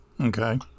Okay